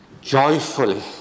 Joyfully